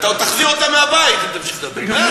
אתה עוד תחזיר אותם מהבית אם תמשיך לדבר.